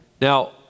Now